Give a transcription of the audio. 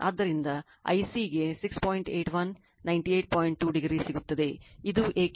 ಆದ್ದರಿಂದ I c ಗೆ 6